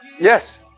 Yes